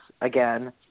again